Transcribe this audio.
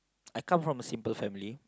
I come from a simple family